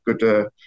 good